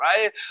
Right